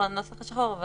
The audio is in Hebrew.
שהנוסח בשחור יותר נכון.